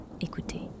Écoutez